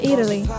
Italy